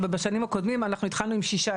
ובשנים הקודמות התחלנו עם 6,